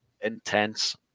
intense